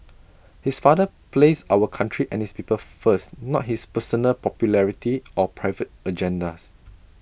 is father placed our country and his people first not his personal popularity or private agendas